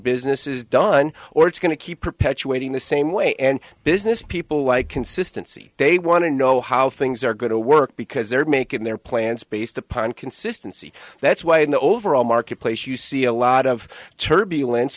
business is done or it's going to keep perpetuating the same way and business people like consistency they want to know how things are going to work because they're making their plans based upon can see that's why in the overall marketplace you see a lot of turbulence